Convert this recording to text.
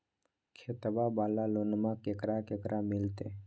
खेतिया वाला लोनमा केकरा केकरा मिलते?